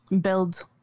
Build